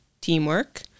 teamwork